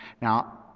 Now